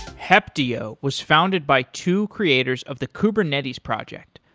heptio was founded by two creators of the kubernetes project,